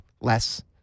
less